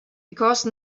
because